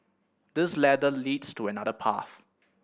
this ladder leads to another path